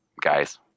guys